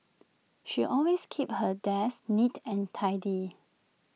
she always keeps her desk neat and tidy